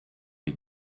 les